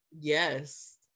Yes